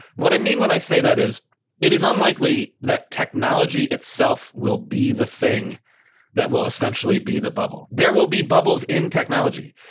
what i mean when i say that is it is unlikely that technology itself will be the thing that will essentially be the bubble. there will be bubbles in technology.